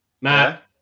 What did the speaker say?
Matt